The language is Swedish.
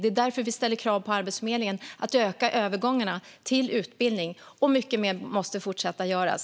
Det är därför vi ställer krav på Arbetsförmedlingen att öka övergångarna till utbildning. Mycket mer måste fortsatt göras.